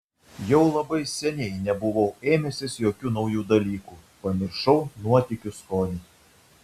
jau labai seniai nebuvau ėmęsis jokių naujų dalykų pamiršau nuotykių skonį